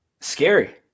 Scary